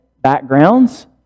backgrounds